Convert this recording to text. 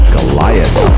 Goliath